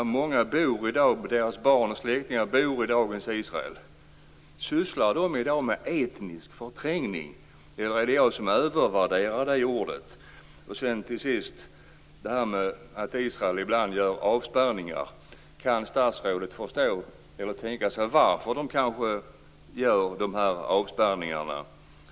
Många har barn och släktingar som bor i dagens Israel. Sysslar de i dag med etnisk förträngning, eller är det jag som övervärderar uttrycket? Kan statsrådet tänka sig varför israelerna gör dessa avspärrningar?